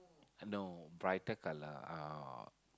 no brighter colour uh